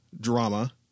drama